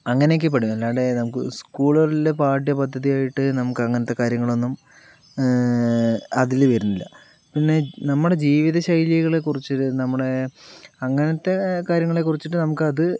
അങ്ങനെയൊക്കെപ്പെടും അല്ലാണ്ട് നമുക്ക് സ്കൂളുകളിൽ പാഠ്യപദ്ധതിയായിട്ട് നമുക്ക് അങ്ങനത്തെ കാര്യങ്ങൾ ഒന്നും അതില് വരുന്നില്ല പിന്നെ നമ്മുടെ ജീവിത ശൈലികളെക്കുറിച്ച് നമ്മുടെ അങ്ങനത്തെ കാര്യങ്ങളെ കുറിച്ചിട്ടു നമുക്ക് അത്